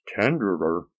tenderer